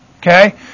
Okay